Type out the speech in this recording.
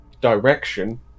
direction